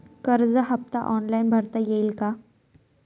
कर्ज हफ्ता ऑनलाईन भरता येईल का?